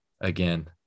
again